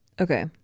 Okay